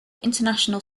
international